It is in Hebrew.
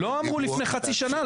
לא אמרו לפני חצי שנה.